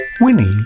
Winnie